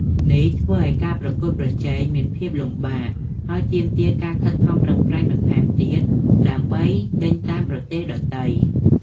នេះធ្វើឲ្យការប្រកួតប្រជែងមានភាពលំបាក ហើយទាមទារការខិតខំប្រឹងប្រែងបន្ថែមទៀតដើម្បីដេញតាមប្រទេសដទៃ។